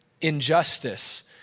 injustice